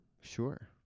sure